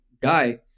guy